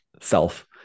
self